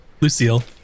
Lucille